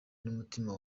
n’umutima